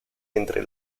entre